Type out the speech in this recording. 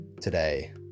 today